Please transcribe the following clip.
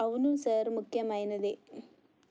అవును సార్ ముఖ్యమైనదే